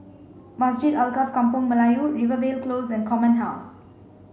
Masjid Alkaff Kampung Melayu Rivervale Close and Command House